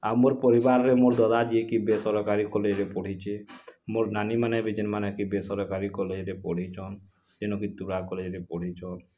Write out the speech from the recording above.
ଆଉ ମୋର୍ ପରିବାର୍ରେ ମୋ ଦଦା ଯିଏ କି ବେସରକାରୀ କଲେଜ୍ରେ ପଢ଼ିଛି ମୋର୍ ନାନିମାନେ ବି ଯେନ୍ମାନେ କି ବେସରକାରୀ କଲେଜ୍ରେ ପଢ଼ିଛନ୍ ସେନୁ କି ତୁରା କଲେଜ୍ରେ ପଢ଼ିଛନ୍